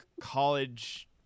college